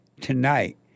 Tonight